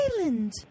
Island